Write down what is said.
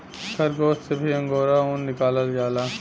खरगोस से भी अंगोरा ऊन निकालल जाला